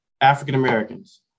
African-Americans